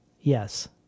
Yes